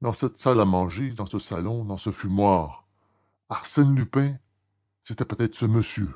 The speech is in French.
dans cette salle à manger dans ce salon dans ce fumoir arsène lupin c'était peut-être ce monsieur